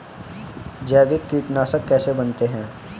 जैविक कीटनाशक कैसे बनाते हैं?